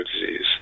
disease